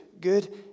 good